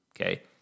okay